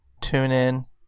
TuneIn